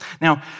Now